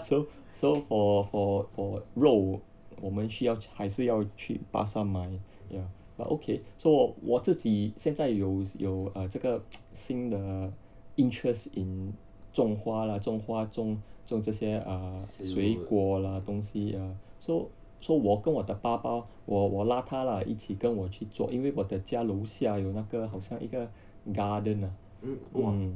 so so for for for what 肉我们需要还是要去巴刹买 ya but okay so 我自己现在有有这个新的 err interest in 种花啦种花种这些 err 水果啦东西 ya so so 我跟我的爸爸我我拉他啦一起跟我去做因为我的家楼下有那个好像一个 garden ah